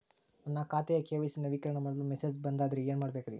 ನನ್ನ ಖಾತೆಯ ಕೆ.ವೈ.ಸಿ ನವೇಕರಣ ಮಾಡಲು ಮೆಸೇಜ್ ಬಂದದ್ರಿ ಏನ್ ಮಾಡ್ಬೇಕ್ರಿ?